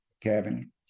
Kevin